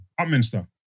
Upminster